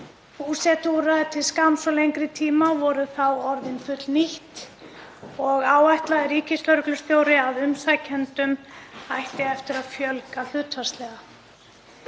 Búsetuúrræði til skamms og lengri tíma voru þá orðin fullnýtt og áætlaði ríkislögreglustjóri að umsækjendum ætti eftir að fjölga hlutfallslega.